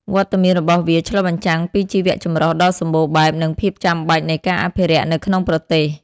វត្តមានរបស់វាឆ្លុះបញ្ចាំងពីជីវៈចម្រុះដ៏សម្បូរបែប និងភាពចាំបាច់នៃការអភិរក្សនៅក្នុងប្រទេស។